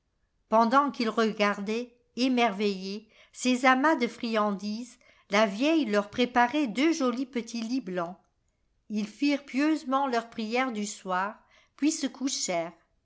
pendant qu'ils regardaient émerveillés ces amas de friandises la vieille leur préparait deux jolis petits lits blancs ils firent pieusement leur prière du soir puis se